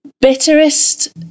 bitterest